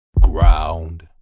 ground